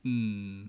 mm